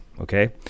Okay